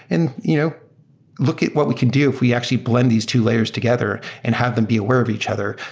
and you know look at what we can do if we actually blend these two layers together and have them be aware of each other.